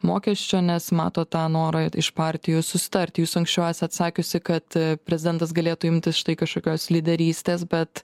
mokesčio nes mato tą norą iš partijų susitarti jūs anksčiau esat sakiusi kad prezidentas galėtų imtis štai kažkokios lyderystės bet